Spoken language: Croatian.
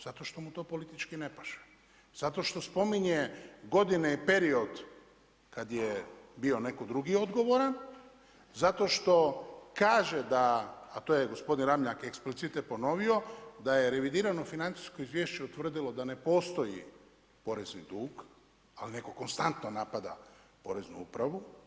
Zato što mu to politički ne paše, zato što spominje godine i period kada je bio netko drugi odgovoran, zato što kaže da, a to je gospodin Ramljak explicite ponovio da je revidirano financijsko izvješće utvrdilo da ne postoji porezni dug, ali netko konstantno napada poreznu upravu.